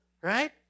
Right